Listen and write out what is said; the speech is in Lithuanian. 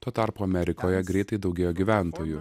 frontą tuo tarpu amerikoje greitai daugėjo gyventojų